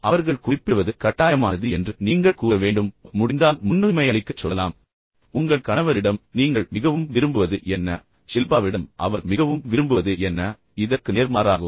அவர்கள் குறிப்பிடுவது கட்டாயமானது என்று நீங்கள் கூற வேண்டும் முடிந்தால் முன்னுரிமை அளிக்கச் சொல்லலாம் உங்கள் கணவரிடம் நீங்கள் மிகவும் விரும்புவது என்ன அதே போன்று ஷில்பாவில் அவர் மிகவும் விரும்புவது என்ன மற்றும் மற்றும் இதற்கு நேர்மாறாகவும்